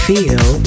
Feel